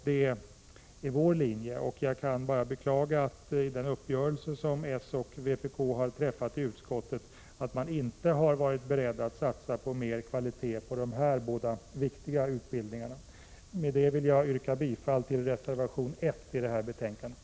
Det är vår linje. Jag kan bara beklaga att man i den uppgörelse som socialdemokraterna och vpk har träffat i utskottet inte har varit beredd att satsa på mer kvalitet på de här båda viktiga utbildningarna. Med det vill jag yrka bifall till reservation 1 vid betänkandet.